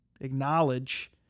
acknowledge